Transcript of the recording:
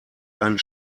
einen